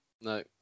No